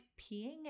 peeing